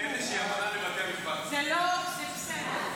זה בסדר.